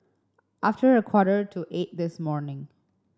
after a quarter to eight this morning